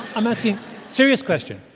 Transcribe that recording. i'm asking a serious question.